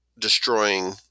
destroying